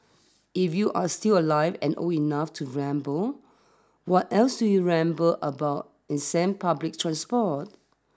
if you're still alive and old enough to remember what else do you remember about ancient public transport